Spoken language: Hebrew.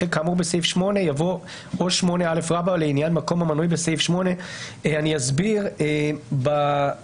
אחרי "כאמור בסעיף 8" יבוא "או 8א לעניין מקום המנוי בסעיף 8". בחוק,